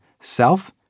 self